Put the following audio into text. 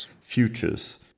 futures